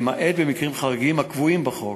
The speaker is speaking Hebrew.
למעט במקרים חריגים, הקבועים בחוק.